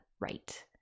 right